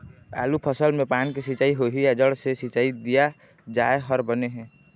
आलू फसल मे पान से सिचाई होही या जड़ से सिचाई दिया जाय हर बने हे?